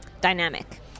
dynamic